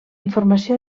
informació